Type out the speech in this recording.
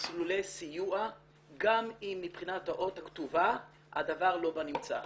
מסלולי סיוע גם אם מבחינת האות הכתובה הדבר לא בנמצא.